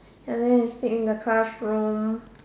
ya then we sit in the classroom